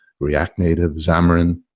react native, xamarin,